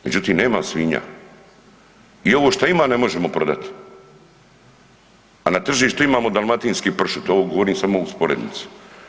Međutim, nema svinja i ovo šta ima ne možemo prodat, a na tržištu imamo dalmatinski pršut, ovo govorim samo usporednicu.